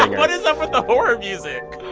what is up with the horror music?